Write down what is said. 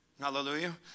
Hallelujah